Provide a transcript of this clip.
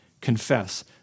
confess